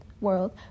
world